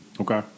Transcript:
Okay